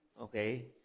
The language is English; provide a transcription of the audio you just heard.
Okay